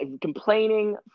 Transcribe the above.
Complaining